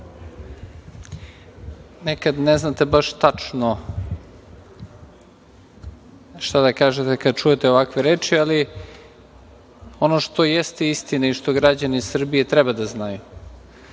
Nekad ne znate baš tačno šta da kažete kada čujete ovakve reči, ali ono što jeste istina i što građani Srbije treba da znaju,